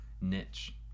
niche